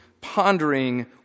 pondering